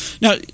Now